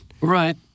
Right